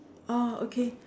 oh okay